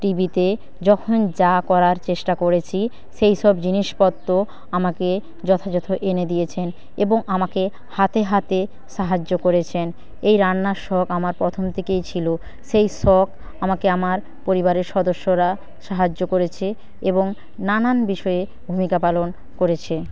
টিভিতে যখন যা করার চেষ্টা করেছি সেই সব জিনিসপত্র আমাকে যথাযথ এনে দিয়েছেন এবং আমাকে হাতে হাতে সাহায্য করেছেন এই রান্নার শখ আমার প্রথম থেকেই ছিল সেই শখ আমাকে আমার পরিবারের সদস্যরা সাহায্য করেছে এবং নানান বিষয়ে ভূমিকা পালন করেছে